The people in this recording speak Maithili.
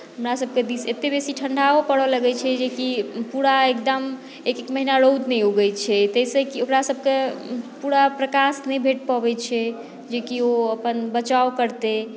हमरासभके दिश एतेक बेसी ठण्ढो पड़य लगैत छै जेकि पूरा एकदम एक एक महीना रौद नहि उगैत छै ताहिसँ कि ओकरासभकेँ पूरा प्रकाश नहि भेट पबैत छै जेकि ओ अपन बचाव करतै